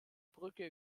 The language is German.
brücke